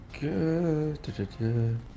good